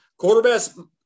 quarterbacks